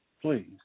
please